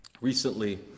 recently